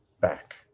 back